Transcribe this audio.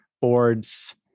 boards